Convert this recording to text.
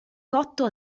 cotto